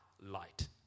light